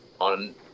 on